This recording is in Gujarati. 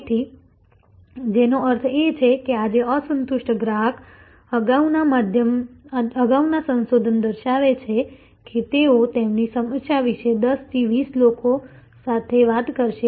તેથી જેનો અર્થ છે કે આજે અસંતુષ્ટ ગ્રાહક અગાઉના સંશોધન દર્શાવે છે કે તેઓ તેમની સમસ્યા વિશે 10 થી 20 લોકો સાથે વાત કરશે